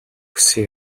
хүссэн